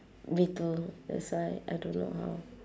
me too that's why I don't know how